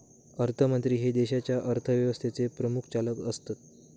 अर्थमंत्री हे देशाच्या अर्थव्यवस्थेचे प्रमुख चालक असतत